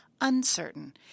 uncertain